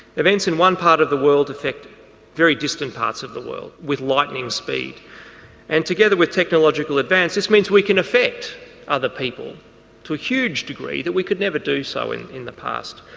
events in one part of the world affect very distant parts of the world with lightening speed and together with technological advance this means we can affect other people to a huge degree that we could never do so in in the past.